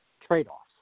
trade-offs